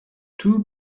two